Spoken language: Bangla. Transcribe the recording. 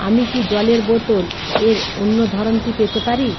আমি কি জলের বোতলের অন্য ধরনটি পেতে পারি